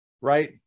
Right